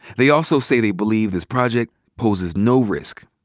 they also say they believe this project poses no risk,